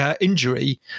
injury